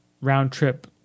round-trip